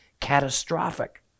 catastrophic